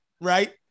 right